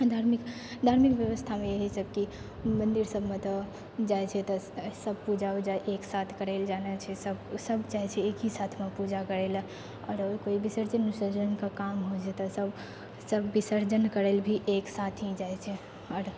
धार्मिक धार्मिक व्यवस्थामे इहे सभ की मन्दिर सभमे तऽ जाइ छै तऽ स सभ पूजा उजा एकसाथ करै लए जाना छै सभ सभ चाहै छै एक ही साथमे पूजा करै लअ आओर कोइ विसर्जन उसर्जनके काम होइ जेतै सभ सभ विसर्जन करै लए भी एकसाथ ही जाइ छै आओर